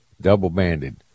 double-banded